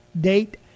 date